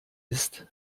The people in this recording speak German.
ist